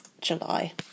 July